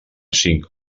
cinc